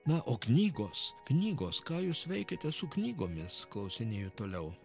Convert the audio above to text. na o knygos knygos ką jūs veikiate su knygomis klausinėju toliau